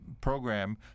program